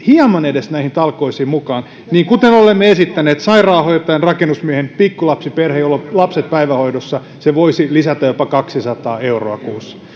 hieman näihin talkoisiin mukaan kuten olemme esittäneet sairaanhoitajan ja rakennusmiehen pikkulapsiperheelle jolla on lapset päivähoidossa se voisi lisätä jopa kaksisataa euroa kuussa